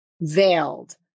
veiled